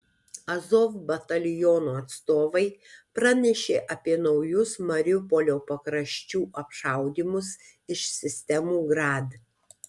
azov bataliono atstovai pranešė apie naujus mariupolio pakraščių apšaudymus iš sistemų grad